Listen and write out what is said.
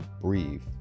breathe